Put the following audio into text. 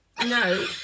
no